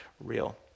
real